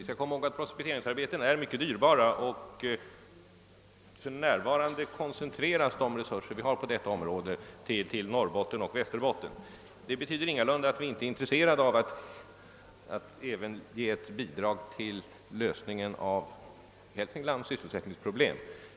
Vi skall komma ihåg att prospekteringsarbeten är mycket dyrbara, och för närvarande koncentreras de resurser vi har på detta område till Norrbotten och Västerbotten. Det betyder ingalunda att vi inte är intresserade av att även ge ett bidrag till lösningen av Hälsinglands sysselsättningsproblem.